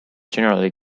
generally